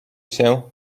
się